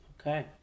Okay